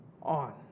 on